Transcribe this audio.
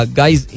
guys